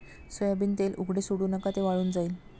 soybean तेल उघडे सोडू नका, ते वाळून जाईल